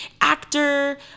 actor